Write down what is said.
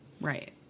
Right